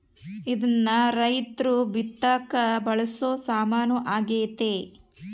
ಇದ್ನ ರೈರ್ತು ಬಿತ್ತಕ ಬಳಸೊ ಸಾಮಾನು ಆಗ್ಯತೆ